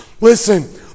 Listen